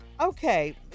Okay